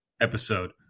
episode